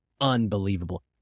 unbelievable